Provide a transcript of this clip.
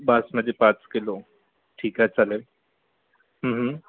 बासमती पाच किलो ठीक आहे चालेल